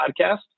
podcast